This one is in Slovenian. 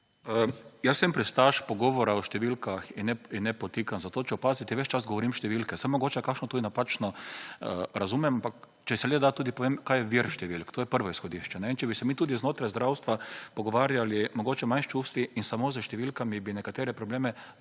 Jaz sem pristaš pogovora o številkah in ne podtikanj. Zato, če opazite, ves čas govorim številke. Saj mogoče kakšno tudi napačno razumem, ampak če se le da, tudi povem, kaj je vir številk. To je prvo izhodišče. In če bi se mi tudi znotraj zdravstva pogovarjali mogoče manj s čustvi in samo s številkami, bi nekatere probleme